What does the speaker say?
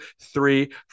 three